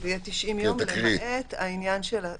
-- שזה יהיה 90 יום, למעט עניין התרגום.